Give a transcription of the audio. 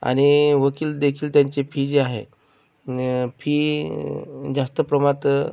आणि वकीलदेखील त्यांची फी जी आहे न्य फी जास्त प्रमात्त